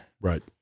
Right